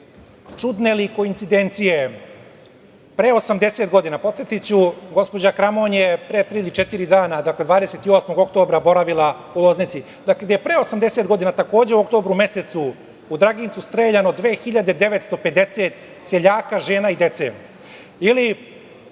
čudne li koincidencije, pre 80 godina, podsetiću gospođa Kramon je pre tri ili četiri dana, dakle 28. oktobra boravila u Loznici, gde je pre 80 godina takođe u oktobru mesecu u Dragincu streljano 2.950 seljaka, žena i dece, ili